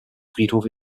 friedhof